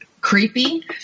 creepy